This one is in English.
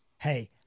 hey